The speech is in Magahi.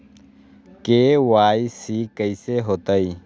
के.वाई.सी कैसे होतई?